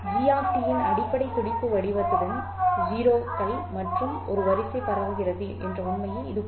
gram D இன் அடிப்படை துடிப்பு வடிவத்துடன் 0 கள் மற்றும் ஒரு வரிசை பரவுகிறது என்ற உண்மையை இது குறிக்கும்